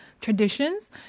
traditions